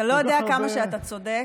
אתה לא יודע כמה שאתה צודק.